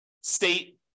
state